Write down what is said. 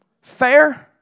Fair